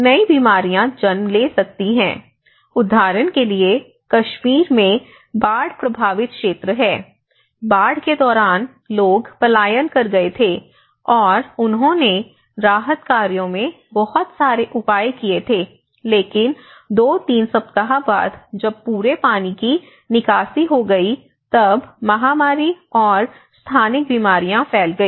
नई बीमारियां जन्म ले सकती हैं उदाहरण के लिए कश्मीर में बाढ़ प्रभावित क्षेत्र है बाढ़ के दौरान लोग पलायन कर गए थे और उन्होंने राहत कार्यों में बहुत सारे उपाय किए थे लेकिन दो तीन सप्ताह बाद जब पूरे पानी की निकासी हो गई तब महामारी और स्थानिक बीमारियाँ फैल गई